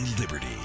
liberty